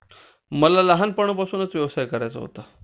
मला लहानपणापासूनच व्यवसाय करायचा होता